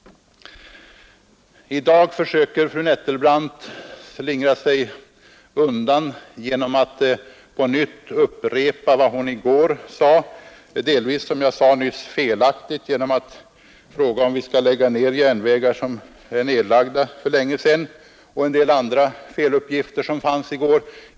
I dag söker fru Nettelbrandt slingra sig undan genom att på nytt upprepa vad hon sade i går, vilket jag nyss påpekade delvis var felaktigt i det hon frågade om vi skulle lägga ner järnvägar som är nedlagda för länge sedan och även fick med en del andra felaktiga uppgifter.